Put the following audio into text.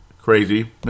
crazy